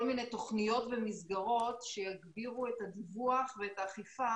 מיני תכניות ומסגרות שיגבירו את הדיווח ואת האכיפה